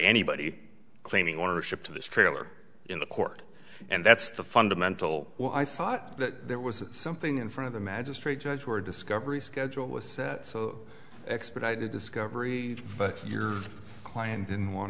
anybody claiming ownership to this trailer in the court and that's the fundamental well i thought that there was something in front of the magistrate judge were discovery scheduled with expedited discovery but your client didn't want